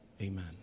Amen